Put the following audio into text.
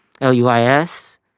L-U-I-S